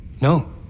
No